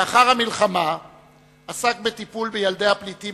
לאחר המלחמה עסק בטיפול בילדי הפליטים